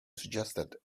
suggested